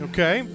Okay